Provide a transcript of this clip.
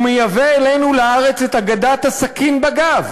הוא מייבא אלינו, לארץ, את אגדת הסכין בגב,